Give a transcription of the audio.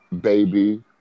baby